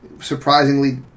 Surprisingly